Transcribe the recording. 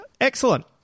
Excellent